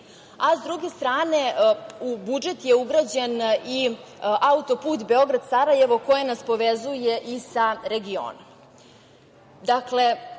S druge strane, u budžet je ugrađen i autoput Beograd – Sarajevo, koji nas povezuje i sa regionom. Dakle,